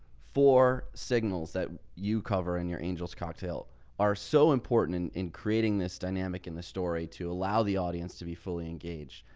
for signals that you cover in your angel's cocktail are so important in, in creating this dynamic in the story to allow the audience to be fully engaged.